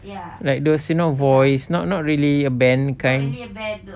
like those you know voice not not really a band kind